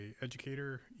educator